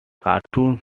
cartoons